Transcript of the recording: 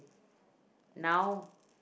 now